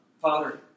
Father